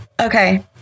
Okay